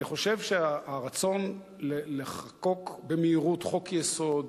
אני חושב שהרצון לחוקק במהירות חוק-יסוד